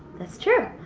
that's true.